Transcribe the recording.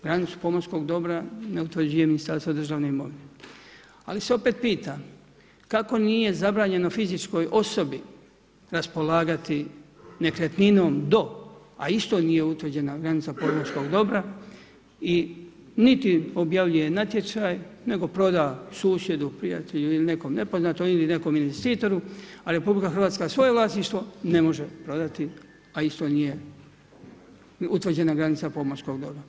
Granicu pomorskog dobra ne utvrđuje Ministarstvo državne imovine ali se opet pita kako nije zabranjeno fizičkoj osobi raspolagati nekretninom do, a isto nije utvrđena granica pomorskog dobra i niti objavljen natječaj nego proda susjedu, prijatelju ili nekome nepoznatom ili nekom investitoru a RH svoje vlasništvo ne može prodati a isto nije utvrđena granica pomorskog dobra.